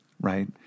right